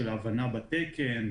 של ההבנה בתקן,